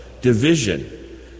division